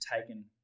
taken